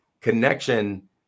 connection